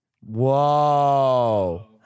Whoa